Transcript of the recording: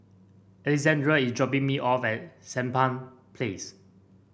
Alessandra is dropping me off at Sampan Place